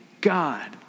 God